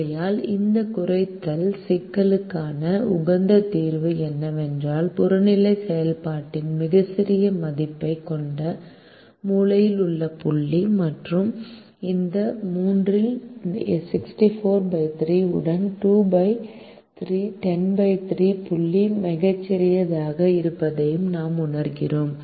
ஆகையால் இந்த குறைத்தல் சிக்கலுக்கான உகந்த தீர்வு என்னவென்றால் புறநிலை செயல்பாட்டின் மிகச்சிறிய மதிப்பைக் கொண்ட மூலையில் உள்ள புள்ளி மற்றும் இந்த 3 இல் 643 உடன் 2 310 3 புள்ளி மிகச்சிறியதாக இருப்பதை நாம் உணர்கிறோம்